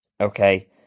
okay